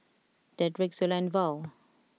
Dedrick Zula and Val